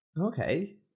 okay